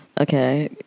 okay